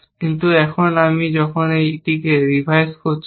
কিন্তু এখন যখন আমি এটাকে রিভাইজ করেছি